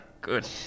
good